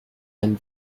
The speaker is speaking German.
einen